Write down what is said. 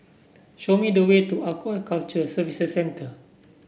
show me the way to Aquaculture Services Centre